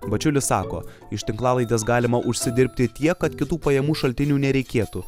bačiulis sako iš tinklalaidės galima užsidirbti tiek kad kitų pajamų šaltinių nereikėtų